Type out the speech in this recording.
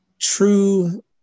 True